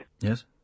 Yes